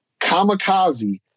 Kamikaze